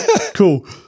Cool